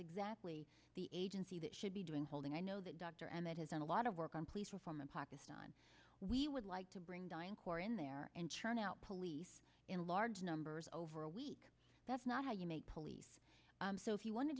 exactly the agency that should be doing holding i know that dr emmet has done a lot of work on police reform in pakistan we would like to bring dion corps in there and churn out police in large numbers over a week that's not how you make police so if you wanted